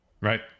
Right